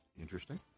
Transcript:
Interesting